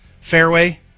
Fairway